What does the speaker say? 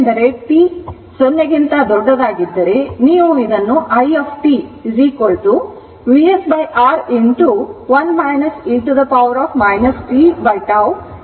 ಏಕೆಂದರೆ t 0 ಗಿಂತ ದೊಡ್ಡದಾಗಿದ್ದರೆ ನೀವು ಇದನ್ನು i t VsR 1 e t tτ u ಎಂದು ಬರೆಯಬಹುದು